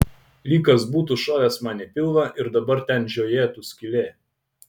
lyg kas būtų šovęs man į pilvą ir dabar ten žiojėtų skylė